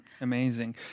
Amazing